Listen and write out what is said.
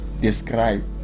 describe